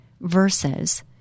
verses